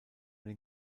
den